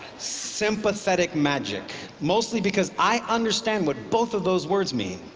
sympathetic magic, mostly because i understand what both of those words mean.